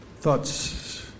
thoughts